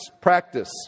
practice